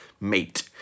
Mate